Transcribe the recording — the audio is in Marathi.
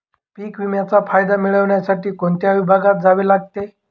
पीक विम्याचा फायदा मिळविण्यासाठी कोणत्या विभागात जावे लागते?